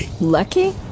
Lucky